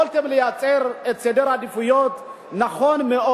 יכולתם לייצר סדר עדיפויות נכון מאוד.